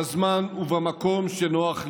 בזמן ובמקום שנוח לישראל,